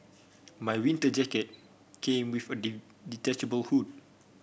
my winter jacket came with a detachable hood